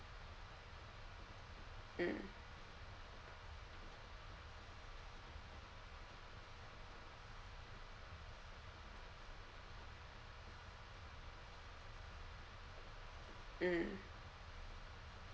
mm mm